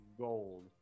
Gold